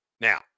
Now